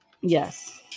yes